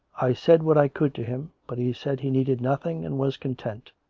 i said what i could to him, but he said he needed nothing and was content,